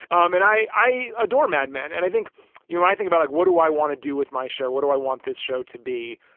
um and i mean, i adore mad men. and i think you might think about like, what do i want to do with my show? what do i want this show to be?